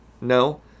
No